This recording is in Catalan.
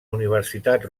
universitat